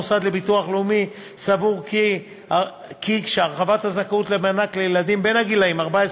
המוסד לביטוח לאומי סבור כי הרחבת הזכאות למענק לילדים בגילים 14